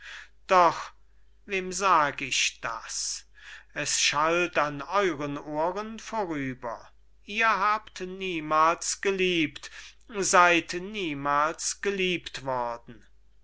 doch wem sag ich das es schallt an euren ohren vorüber ihr habt niemals geliebt seyd niemals geliebt worden